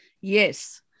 Yes